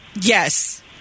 Yes